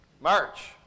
March